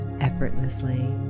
effortlessly